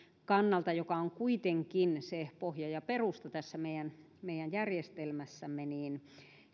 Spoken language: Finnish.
kannalta joka on kuitenkin se pohja ja perusta tässä meidän meidän järjestelmässämme niin